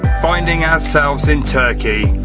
finding ourselves in turkey,